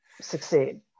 succeed